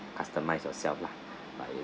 customize yourself lah